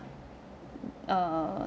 err